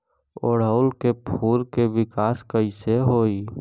ओड़ुउल के फूल के विकास कैसे होई?